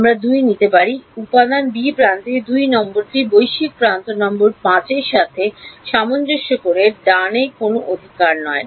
আমরা 2 নিতে পারি উপাদান বি প্রান্তে 2 নম্বরটি বৈশ্বিক প্রান্ত নম্বর 5 এর সাথে সামঞ্জস্য করে ডান কোনও অধিকার নয়